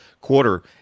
quarter